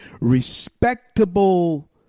respectable